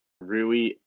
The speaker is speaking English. Rui